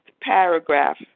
paragraph